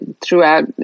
throughout